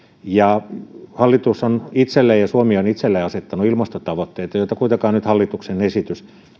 hallitus on itselleen ja suomi on itselleen asettanut ilmastotavoitteita joita kuitenkaan nyt hallituksen esitys